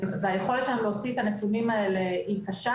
והיכולת שלנו להוציא את הנתונים האלה היא קשה.